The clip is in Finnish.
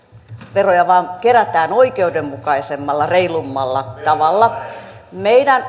veroja vain kerätään oikeudenmukaisemmalla reilummalla tavalla meidän